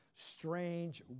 Strange